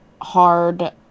Hard